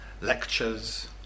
lectures